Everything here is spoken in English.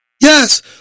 Yes